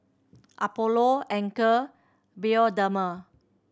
Apollo Anchor Bioderma